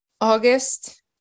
August